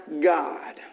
God